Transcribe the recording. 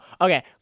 Okay